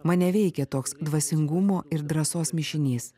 mane veikė toks dvasingumo ir drąsos mišinys